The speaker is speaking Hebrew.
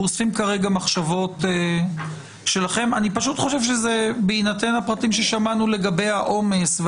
כרגע אנחנו שומעים מחשבות שלכם בהינתן הפרטים ששמענו לגבי העומס,